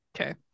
Okay